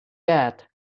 yet